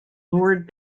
lord